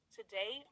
Today